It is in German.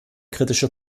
kritische